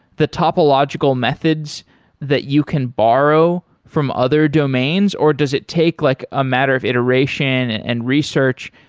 the topological methods that you can borrow from other domains, or does it take like a matter of iteration and research?